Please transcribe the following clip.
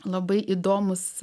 labai įdomūs